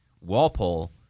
Walpole